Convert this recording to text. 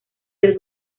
del